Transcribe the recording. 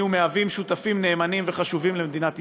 ומהווים שותפים נאמנים וחשובים למדינת ישראל.